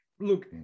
Look